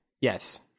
Yes